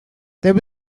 there